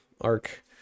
arc